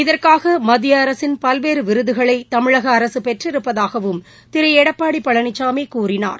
இதற்காக மத்திய அரசின் பல்வேறு விருதுகளை தமிழக அரசு பெற்றிருப்பதாகவும் திரு எடப்பாடி பழனிசாமி கூறினார்